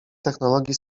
technologii